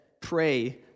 pray